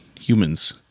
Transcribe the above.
humans